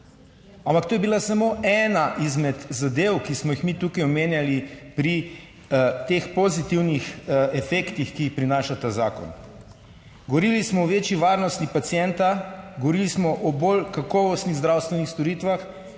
ampak to je bila samo ena izmed zadev, ki smo jih mi tukaj omenjali pri teh pozitivnih efektih, ki jih prinaša ta zakon. Govorili smo o večji varnosti pacienta, govorili smo o bolj kakovostnih zdravstvenih storitvah,